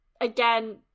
again